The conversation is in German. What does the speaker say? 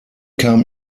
kam